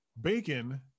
Bacon